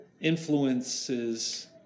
influences